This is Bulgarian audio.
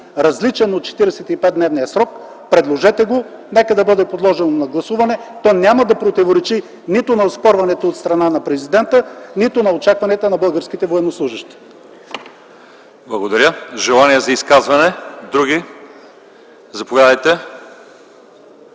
различен от 45-дневния срок, предложете го, нека да бъде подложен на гласуване. То няма да противоречи нито на оспорването от страна на президента, нито на очакванията на българските военнослужещи. ПРЕДСЕДАТЕЛ ЛЪЧЕЗАР ИВАНОВ: Благодаря. Други? Заповядайте.